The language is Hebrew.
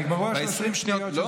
נגמרו 30 השניות שהוספתי לך.